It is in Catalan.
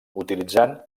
utilitzant